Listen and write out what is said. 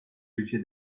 ülke